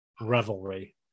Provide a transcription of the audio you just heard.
revelry